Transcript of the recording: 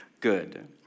Good